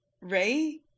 Ray